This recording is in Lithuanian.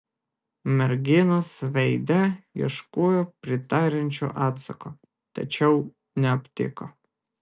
merginos veide ieškojo pritariančio atsako tačiau neaptiko